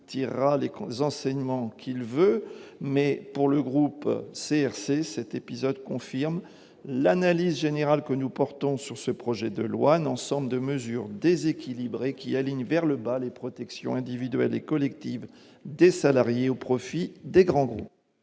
tirera les comptes enseignements qu'il veut, mais pour le groupe SRC c'était pilotes confirme l'analyse générale que nous portons sur ce projet de loi, un ensemble de mesures déséquilibré qui aligne vers le bas les protections individuelles et collectives des salariés au profit des grandes.